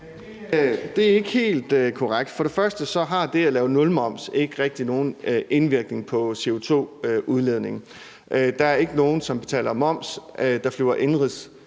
Det er ikke helt korrekt. Først og fremmest har det at lave nulmoms ikke rigtig nogen indvirkning på CO2-udledningen. Der er ikke nogen, som flyver indenrigs